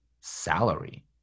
salary